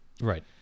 Right